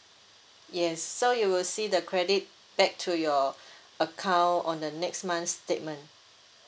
yes so you will see the credit back to your account on the next month's statement